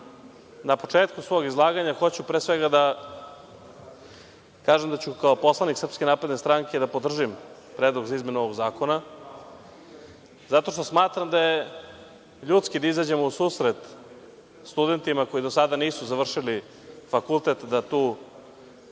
na početku svog izlaganja hoću, pre svega, da kažem da ću kao poslanik Srpske napredne stranke da podržim predlog za izmenu ovog zakona, zato što smatram da je ljudski da izađemo u susret studentima koji do sada nisu završili fakultet da tu stvar